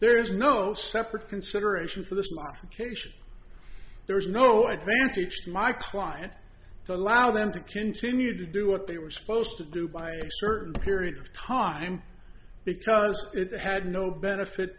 there is no separate consideration for this mom patient there is no advantage to my client to allow them to continue to do what they were supposed to do by a certain period of time because it had no benefit